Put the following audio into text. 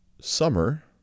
summer